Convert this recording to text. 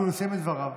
כי הוא סיים את דבריו,